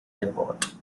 airport